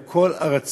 עם כל הרצון,